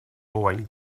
owain